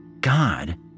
God